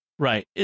Right